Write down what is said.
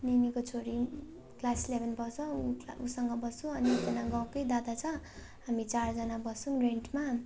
निनीको छोरी class eleven पढ्छ ऊ उसँग बस्छु अनि एकजना गाउँकै दादा छ हामी चारजना बस्छौँ रेन्टमा